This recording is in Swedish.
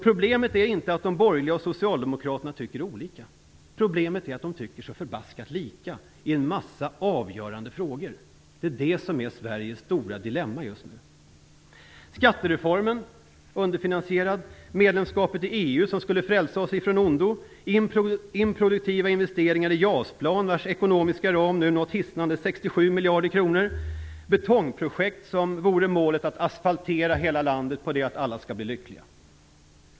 Problemet är inte att de borgerliga och Socialdemokraterna tycker olika. Problemet är att de tycker så förbaskat lika i en massa avgörande frågor. Det är Sveriges stora dilemma just nu. Skattereformen är underfinansierad. Medlemskapet i EU skulle frälsa oss från ondo. Det handlar om improduktiva investeringar i ett JAS-plan vars ekonomiska ram nu har nått hisnande 67 miljarder kronor. Det handlar om betongprojekt, som om målet vore att hela landet skall asfalteras på det att alla skall bli lyckliga.